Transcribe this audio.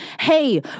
hey